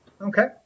Okay